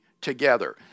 together